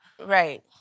Right